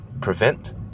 prevent